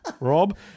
Rob